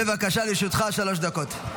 בבקשה, לרשותך שלוש דקות.